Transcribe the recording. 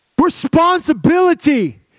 responsibility